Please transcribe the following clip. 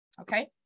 Okay